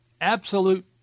absolute